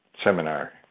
seminar